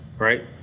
Right